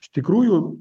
iš tikrųjų